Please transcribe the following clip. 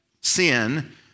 sin